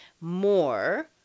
more